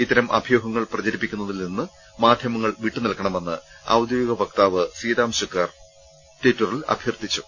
ഇത്തരം അഭ്യൂഹങ്ങൾ പ്രചരിപ്പിക്കുന്നതിൽ നിന്ന് മാധ്യമങ്ങൾ വിട്ടുനിൽക്കണമെന്ന് ഔദ്യോഗിക വക്താവ് സീതാംശു കർ ട്വിറ്ററിൽ അഭ്യർത്ഥിച്ചു